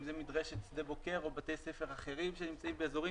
אם זה מדרשת שדה בוקר או בתי ספר אחרים שנמצאים באזורים,